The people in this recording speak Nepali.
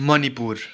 मणिपुर